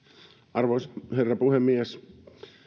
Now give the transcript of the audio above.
arvoisa herra puhemies